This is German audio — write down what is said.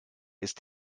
ist